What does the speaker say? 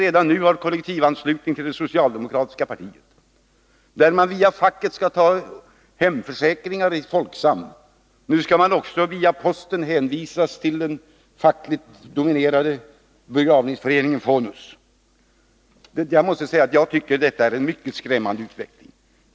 Redan nu har vi kollektivanslutning till det socialdemokratiska partiet, och man skall via facket teckna hemförsäkring i Folksam. Nu skall man också av posten hänvisas till den fackligt dominerade begravningsföreningen Fonus. Detta är en mycket skrämmande utveckling.